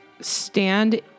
stand